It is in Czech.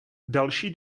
další